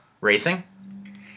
racing